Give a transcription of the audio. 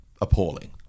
appalling